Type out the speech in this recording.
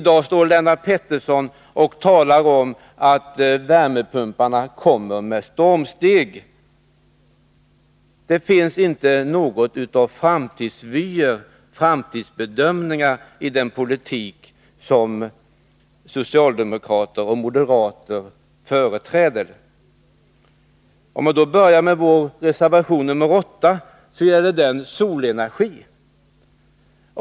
I dag står Lennart Pettersson och talar om att värmepumparna kommer med stormsteg. Det finns inga framtidsvyer eller konstruktiva framtidsbedömningar i den politik som socialdemokrater och moderater företräder. Nu övergår jag till att tala om vår reservation 8. Den gäller solenergi.